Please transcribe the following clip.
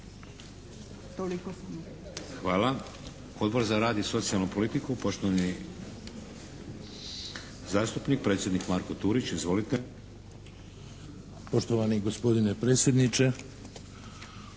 Hvala. Odbor za rad i socijalnu politiku, poštovani zastupnik, predsjednik Marko Turić. Izvolite. **Turić, Marko (HDZ)** Poštovani gospodine predsjedniče.